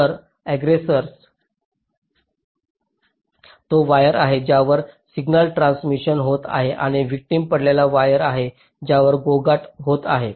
तर अग्ग्रेससोर तो वायर आहे ज्यावर सिग्नल ट्रान्समिशन होत आहे आणि व्हिक्टिम पडलेला वायर आहे ज्यावर गोंगाट होत आहे